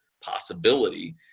possibility